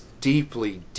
deeply